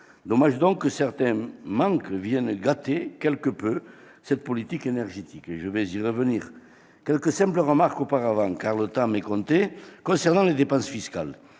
dommage que certains manques viennent gâter quelque peu cette politique énergétique ; j'y reviendrai. Quelques simples remarques auparavant, car le temps m'est compté. Concernant les dépenses fiscales,